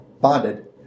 bonded